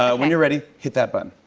ah when you're ready, hit that button.